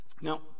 Now